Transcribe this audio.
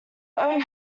own